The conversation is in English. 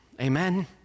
Amen